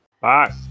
Bye